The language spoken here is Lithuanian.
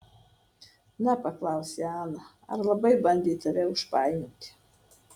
na paklausė ana ar labai bandė tave užpainioti